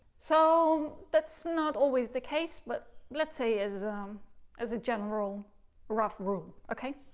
so that's not always the case, but let's say, as um as a general rough rule, okay?